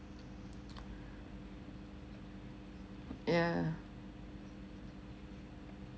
yeah